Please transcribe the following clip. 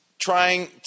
trying